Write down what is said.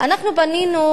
אנחנו פנינו,